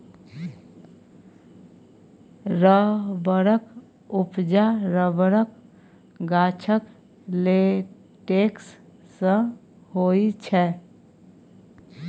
रबरक उपजा रबरक गाछक लेटेक्स सँ होइ छै